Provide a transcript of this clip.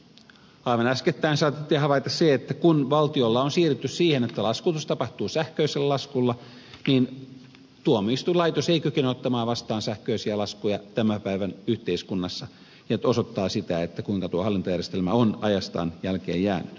aivan äskettäin saatettiin havaita se että kun valtiolla on siirrytty siihen että laskutus tapahtuu sähköisellä laskulla niin tuomioistuinlaitos ei kykene ottamaan vastaan sähköisiä laskuja tämän päivän yhteiskunnassa ja se osoittaa kuinka tuo hallintojärjestelmä on ajastaan jälkeen jäänyt